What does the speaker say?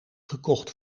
gekocht